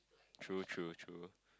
true true true